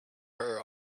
her